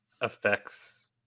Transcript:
affects